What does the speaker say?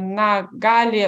na gali